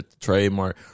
trademark